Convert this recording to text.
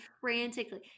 frantically